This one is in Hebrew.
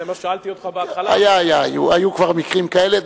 היו כבר מקרים כאלה.